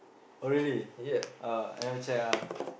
oh really oh I never check ah